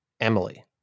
Emily